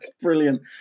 Brilliant